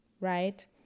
right